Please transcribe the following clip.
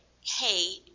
Hey